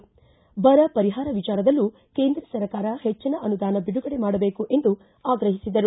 ಬರ ಪರಿಹಾರ ವಿಚಾರದಲ್ಲೂ ಕೇಂದ್ರ ಸರ್ಕಾರ ಹೆಚ್ಚಿನ ಅನುದಾನ ಬಿಡುಗಡೆ ಮಾಡಬೇಕು ಎಂದು ಆಗ್ರಹಿಸಿದರು